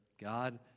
God